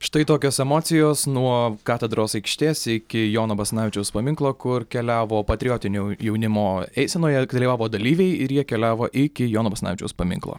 štai tokios emocijos nuo katedros aikštės iki jono basanavičiaus paminklo kur keliavo patriotinių jaunimo eisenoje dalyvavo dalyviai ir jie keliavo iki jono basanavičiaus paminklo